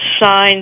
signed